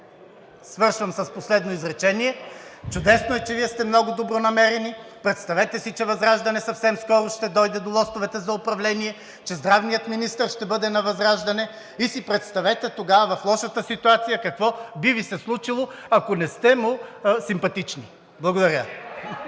Свършвам с последно изречение. Чудесно е, че Вие сте много добронамерени. Представете си, че ВЪЗРАЖДАНЕ съвсем скоро ще дойде до лостовете за управление, че здравният министър ще бъде на ВЪЗРАЖДАНЕ и си представете тогава – в лошата ситуация, какво би Ви се случило, ако не сте му симпатични. Благодаря.